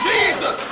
Jesus